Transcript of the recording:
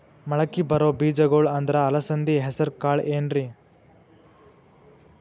ಮಳಕಿ ಬರೋ ಬೇಜಗೊಳ್ ಅಂದ್ರ ಅಲಸಂಧಿ, ಹೆಸರ್ ಕಾಳ್ ಏನ್ರಿ?